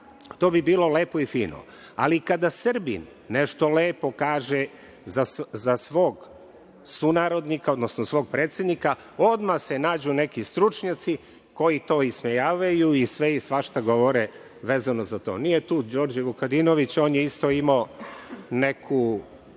to bi bilo lepo i fino. Ali, kada Srbin nešto lepo kaže za svog sunarodnog, odnosno svog predsednika odmah se nađu neki stručnjaci koji to ismejavaju i sve i svašta govore vezano za to. Nije tu Đorđe Vukadinović. On je isto imao neku